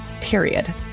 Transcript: period